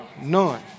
None